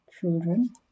children